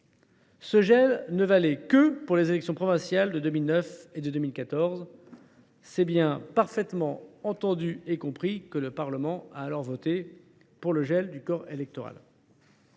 ce gel ne valait que pour les élections provinciales de 2009 et de 2014. C’est bien sur le fondement de cette donnée que le Parlement avait alors voté pour le gel du corps électoral.